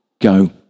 go